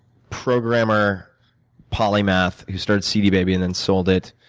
programmer polymath, who started cd baby, and then sold it.